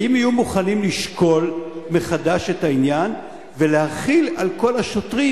האם יהיו מוכנים לשקול מחדש את העניין ולהחיל על כל השוטרים